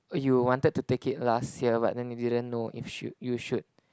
oh you wanted to take it last year but then you didn't know if should you should